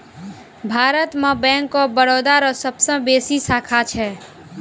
भारत मे bank of Baroda रो सबसे बेसी शाखा छै